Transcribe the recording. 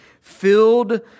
filled